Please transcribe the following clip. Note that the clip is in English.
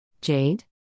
Jade